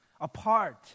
apart